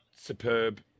Superb